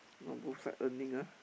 now both side earning ah